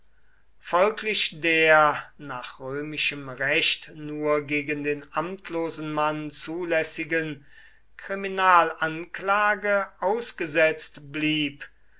folglich der nach römischem recht nur gegen den amtlosen mann zulässigen kriminalanklage ausgesetzt blieb